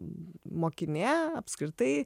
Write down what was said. mokinė apskritai